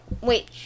wait